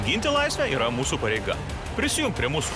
ginti laisvę yra mūsų pareiga prisijunk prie mūsų